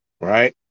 Right